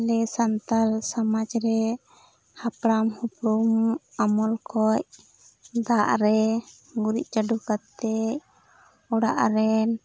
ᱱᱤᱭᱟᱹ ᱥᱟᱱᱛᱟᱲ ᱥᱚᱢᱟᱡᱽ ᱨᱮ ᱦᱟᱯᱲᱟᱢ ᱦᱩᱯᱲᱩᱢ ᱟᱢᱚᱞ ᱠᱷᱚᱱ ᱫᱟᱜ ᱨᱮ ᱜᱩᱨᱤᱡ ᱪᱟᱰᱚ ᱠᱟᱛᱮ ᱚᱲᱟᱜ ᱨᱮᱱ